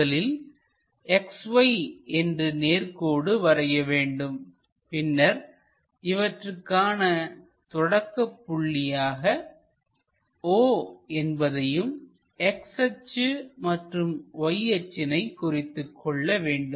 முதலில் XY என்று நேர் கோடு வரைய வேண்டும் பின்னர் இவற்றுக்கான தொடக்க புள்ளியாக O என்பதையும் X அச்சு மற்றும் Y அச்சினை குறித்துக்கொள்ள வேண்டும்